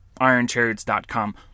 ironchariots.com